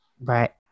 right